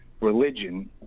religion